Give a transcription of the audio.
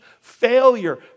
failure